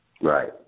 right